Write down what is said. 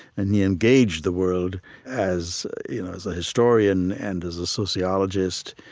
and he engaged the world as you know as a historian and as a sociologist,